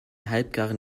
halbgaren